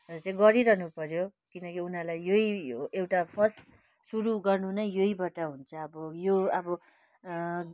चाहिँ गरिरहन पर्यो किनकि उनीहरूलाई यही एउटा फर्स्ट सुरु गर्नु नै यहीबाट हुन्छ अब यो अब